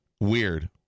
Weird